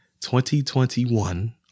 2021